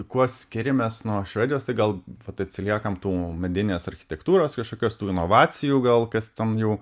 kuo skiriamės nuo švedijos tai gal vat atsiliekam tų medinės architektūros kažkokios tų inovacijų gal kas ten jau